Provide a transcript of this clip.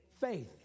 faith